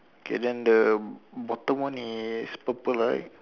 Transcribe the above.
okay then the bottom one is purple right